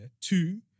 Two